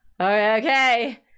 Okay